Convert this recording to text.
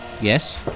Yes